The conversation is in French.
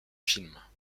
films